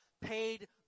paid